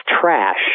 trash